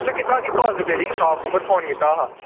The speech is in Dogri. तुसें कीता हा निं काल रिपेयरिंग शाप उप्पर फोन कीता हा